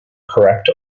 correct